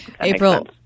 April